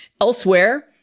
Elsewhere